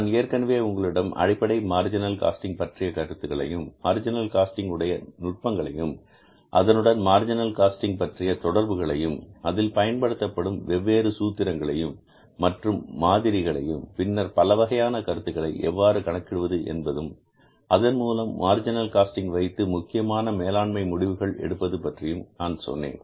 நான் ஏற்கனவே உங்களிடம் அடிப்படை மார்ஜினல் காஸ்டிங் பற்றிய கருத்துக்களையும் மார்ஜினல் காஸ்டிங் உடைய நுட்பங்களையும் அதனுடன் மார்ஜினல் காஸ்டிங் பற்றிய தொடர்புகளையும் அதில் பயன்படுத்தப்படும் வெவ்வேறு சூத்திரங்களையும் மற்றும் மாதிரிகளையும் பின்னர் பலவகையான கருத்துக்களை எவ்வாறு கணக்கிடுவது என்பதும் அதன்மூலம் மார்ஜினல் காஸ்டிங் வைத்து முக்கியமான மேலாண்மை முடிவுகளை எடுப்பது பற்றியும் நான் சொன்னேன்